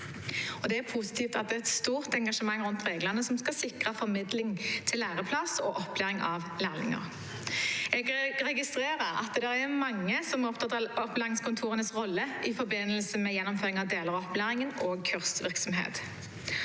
Det er positivt at det er et stort engasjement rundt reglene som skal sikre formidling til læreplass og opplæring av lærlinger. Jeg registrerer at det er mange som er opptatt av opplæringskontorenes rolle i forbindelse med gjennomføring av deler av opplæringen og kursvirksomhet.